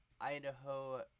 Idaho